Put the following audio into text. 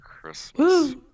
Christmas